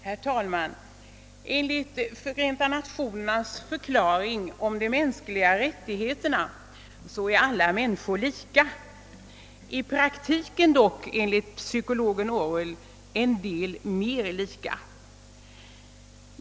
Herr talman! Enligt Förenta nationernas förklaring om de mänskliga rättigheterna är alla människor lika; i praktiken är dock — enligt psykologen Orwell — en del mera lika.